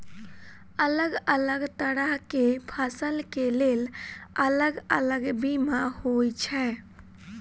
अलग अलग तरह केँ फसल केँ लेल अलग अलग बीमा होइ छै?